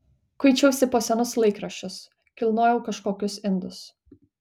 kuičiausi po senus laikraščius kilnojau kažkokius indus